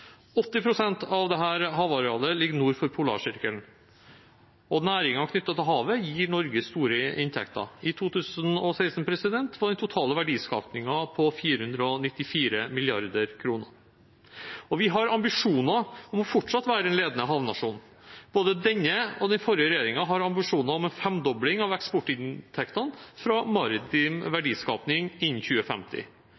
pst. av dette havarealet ligger nord for polarsirkelen. Næringer knyttet til havet gir Norge store inntekter. I 2016 var den totale verdiskapingen på 494 mrd. kr. Vi har ambisjoner om fortsatt å være en ledende havnasjon. Både denne og den forrige regjeringen har ambisjoner om en femdobling av eksportinntektene fra maritim